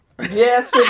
Yes